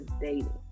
dating